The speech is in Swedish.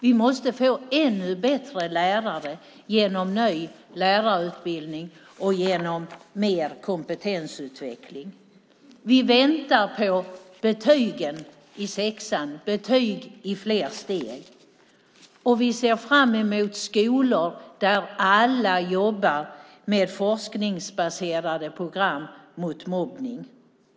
Vi måste få ännu bättre lärare genom ny lärarutbildning och mer kompetensutveckling. Vi väntar på betygen i sexan, betyg i fler steg. Vi ser fram emot skolor där alla jobbar med forskningsbaserade program mot mobbning.